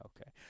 Okay